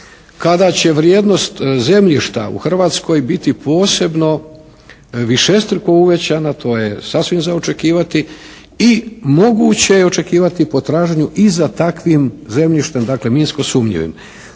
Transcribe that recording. kada će vrijednost zemljišta u Hrvatskoj biti posebno višestruko uvećana, to je sasvim za očekivati i moguće je očekivati po traženju i za takvim zemljištem, dakle minsko sumnjivim.